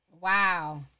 Wow